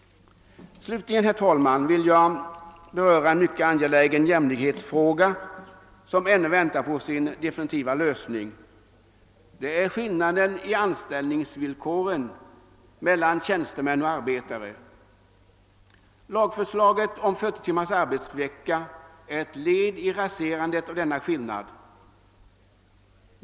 Slutligen, herr talman, vill jag beröra en mycket angelägen jämlikhetsfråga, som ännu väntar på sin definitiva lös Lagförslaget om 40 timmars arbetsvecka är ett led i raserandet av denna skillnad.